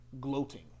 gloating